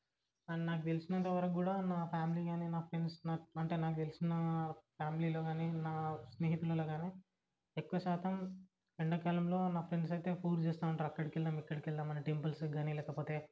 and నాకు తెలిసినంతవరకు కూడా నా ఫ్యామిలీ కానీ నా ఫ్రెండ్స్ అంటే నాకు తెలిసిన ఫ్యామిలీలో కానీ నా స్నేహితులల్లో కానీ ఎక్కువ శాతం ఎండాకాలంలో నా ఫ్రెండ్స్ అయితే ఫోర్స్ చేస్తా ఉంటారు అక్కడికి వెళ్దాం ఎక్కడికి వెళ్దాం అని టెంపుల్స్కి గానీ లేకపోతే